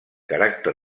caràcter